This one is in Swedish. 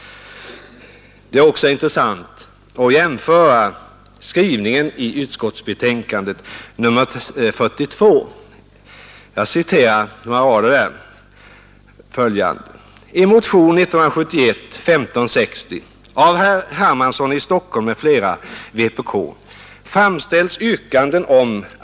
Det är också intressant att jämföra skrivningen i de båda utskottsbetänkandena.